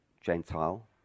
Gentile